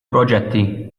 proġetti